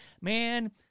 man